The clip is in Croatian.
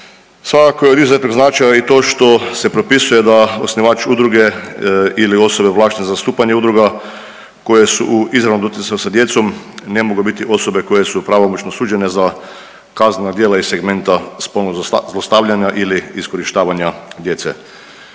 Svakako je od izuzetnog značaja i to što se propisuje da osnivač udruge ili osobe ovlaštene za zastupanje udruga koje su u izravnom doticaju sa djecom ne mogu biti osobe koje su pravomoćno osuđene za kaznena djela iz segmenta spolnog zlostavljanja ili iskorištavanja djece.